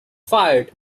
fired